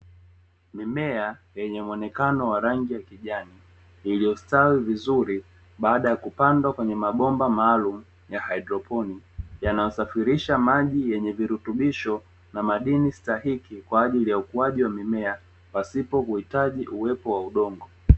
Mimea yenye muonekano wa rangi ya kijani iliyo stawi vizuri baada ya kupandwa kwenye mabomba maalumu ya haidroponi, yanayo safirisha maji yenye virutubisho na madini sahiki kwa ajili ya ukuaji wa mimea pasipo kuhitaji uwepo wa udongo.